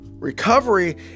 Recovery